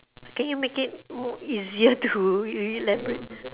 can you make it more easier to you you elaborate